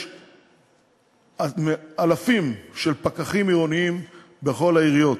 יש אלפים של פקחים עירוניים בכל העיריות.